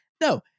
No